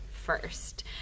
first